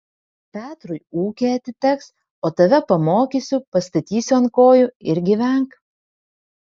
petrui ūkė atiteks o tave pamokysiu pastatysiu ant kojų ir gyvenk